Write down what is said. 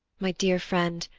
my dear friend,